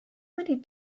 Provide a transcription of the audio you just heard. many